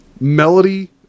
Melody